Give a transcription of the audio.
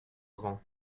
grand